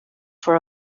for